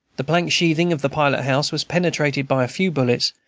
the plank sheathing of the pilot-house was penetrated by few bullets,